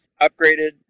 upgraded